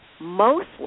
Mostly